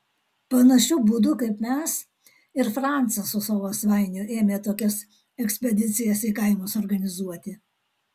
panašiu būdu kaip mes ir francas su savo svainiu ėmė tokias ekspedicijas į kaimus organizuoti